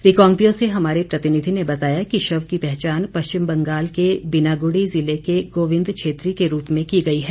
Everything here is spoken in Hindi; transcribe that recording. रिकांगपिओ से हमारे प्रतिनिधि ने बताया कि शव की पहचान पश्चिम बंगाल के बिनागुड़ी ज़िले के गोविंद छेत्री के रूप में की गई है